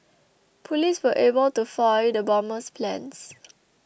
police were able to foil the bomber's plans